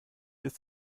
ist